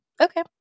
Okay